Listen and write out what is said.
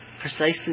precisely